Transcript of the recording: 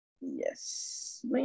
Yes